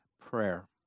prayer